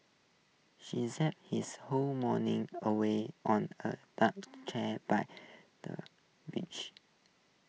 she said his whole morning away on A deck chair by the beach